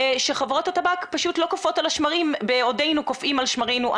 חברות לא בדיוק קופאות על השמרים בעודנו אנו קופאים על השמרים.